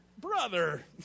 brother